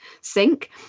sink